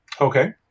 Okay